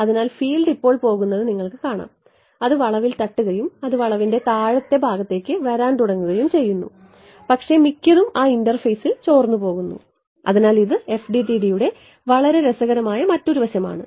അതിനാൽ ഫീൽഡ് ഇപ്പോൾ പോകുന്നത് നിങ്ങൾക്ക് കാണാം അത് വളവിൽ തട്ടുകയും അത് വളവിന്റെ താഴത്തെ ഭാഗത്തേക്ക് വരാൻ തുടങ്ങുകയും ചെയ്യുന്നു പക്ഷേ മിക്കതും ആ ഇന്റർഫേസിൽ ചോർന്നുപോകുന്നു അതിനാൽ ഇത് FDTD യുടെ വളരെ രസകരമായ മറ്റൊരു വശമാണ്